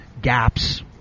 gaps